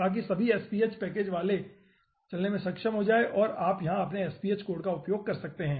ताकि सभी SPH package चलने में सक्षम हो जाएं और आप यहां अपने SPH कोड का उपयोग कर सकते हैं